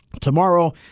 tomorrow